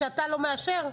כשאתה לא מאשר?